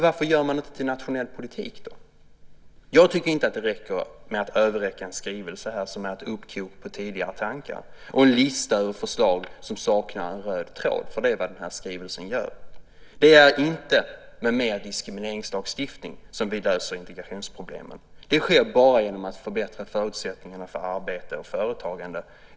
Varför gör man det inte till nationell politik? Jag tycker inte att det räcker med att här överräcka en skrivelse som är ett hopkok på tidigare tankar och en lista över förslag som saknar en röd tråd. Det är vad den här skrivelsen saknar. Det är inte med mer diskrimineringslagstiftning som vi löser integrationsproblemen. Det sker bara genom att förbättra förutsättningarna för arbete och företagande.